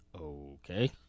Okay